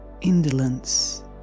indolence